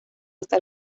hasta